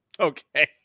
Okay